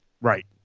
Right